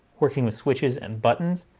working with switches and buttons,